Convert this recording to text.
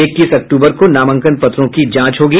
इक्कीस अक्टूबर को नामांकन पत्रों की जांच होगी